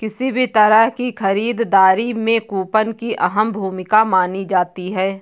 किसी भी तरह की खरीददारी में कूपन की अहम भूमिका मानी जाती है